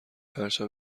پرچم